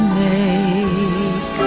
make